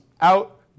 out